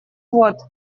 вот